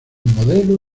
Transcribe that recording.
modelo